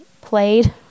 played